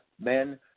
men